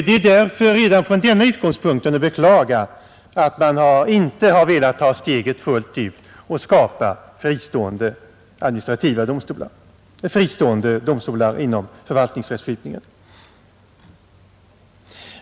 Det är därför redan från denna utgångspunkt att beklaga att man inte har velat ta steget fullt ut och skapa fristående domstolar inom förvaltningsrättskipningen.